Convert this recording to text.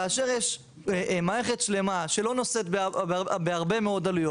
כאשר יש מערכת שלמה שלא נושאת בהרבה מאוד עלויות